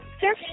sir